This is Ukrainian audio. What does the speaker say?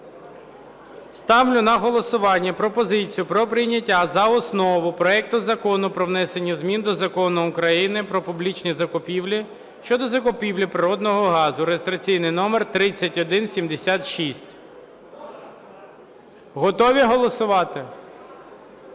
Ставлю на голосування пропозицію про прийняття за основу проект Закону про внесення змін до Закону України "Про публічні закупівлі" щодо закупівлі природного газу (реєстраційний номер 3176). Готові голосувати?